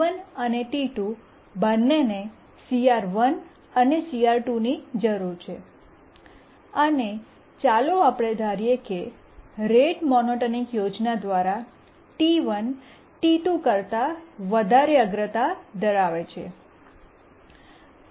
T1 અને T2 બંનેને CR1 અને CR2 ની જરૂર છે અને ચાલો આપણે ધારીએ કે રેટ મોનોટોનિક યોજના દ્વારા T1 T2 કરતા વધારે અગ્રતા ધરાવે છે